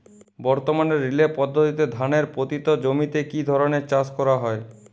বর্তমানে রিলে পদ্ধতিতে ধানের পতিত জমিতে কী ধরনের চাষ করা হয়?